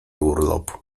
urlopu